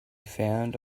found